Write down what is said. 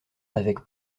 avec